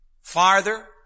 farther